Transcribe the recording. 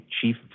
Chief